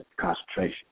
concentration